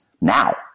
now